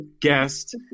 guest